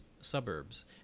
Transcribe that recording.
suburbs